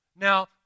Now